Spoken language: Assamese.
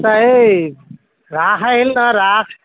আচ্ছা এই ৰাস আহিল নহয় ৰাস